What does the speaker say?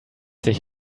sich